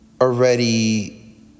already